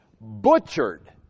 butchered